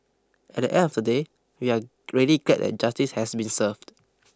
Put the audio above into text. at the end of the day we are really glad that justice has been served